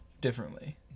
differently